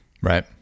Right